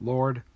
Lord